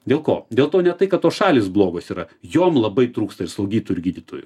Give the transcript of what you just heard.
dėl ko dėl to ne tai kad tos šalys blogos yra jom labai trūksta ir slaugytojų ir gydytojų